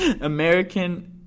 American